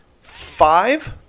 five